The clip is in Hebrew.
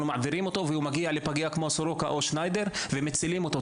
מעבירים ומגיע לפגייה כמו סורוקה או שניידר ומצילים אותו,